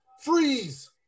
Freeze